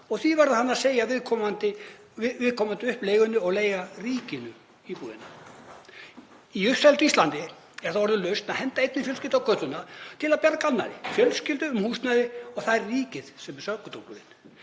og því verði hann að segja viðkomandi upp leigunni og leigja ríkinu íbúðina? Á uppseldu Íslandi er það orðið lausn að henda einni fjölskyldu á götuna til að bjarga annarri fjölskyldu um húsnæði og það er ríkið sem er sökudólgurinn.